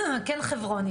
כן, חברוני.